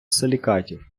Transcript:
силікатів